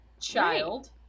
child